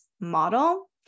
model